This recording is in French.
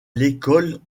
l’école